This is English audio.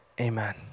amen